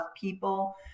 people